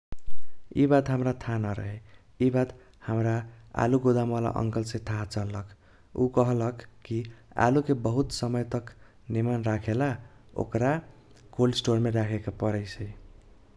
इबात हमरा थाह नरहे इबात हमरा आलू गोदामवाला अंकलसे थाह चल्लक। ऊ कहलक कि आलूके बहुत समय तक निमन राखेला ओकर कोल्ड स्टोरमे राखेके परैसै।